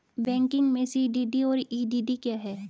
Banking में CDD और EDD क्या हैं?